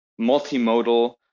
multimodal